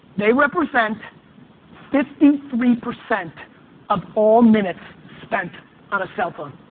they represent fifty three percent of all minutes spent on a cell phone.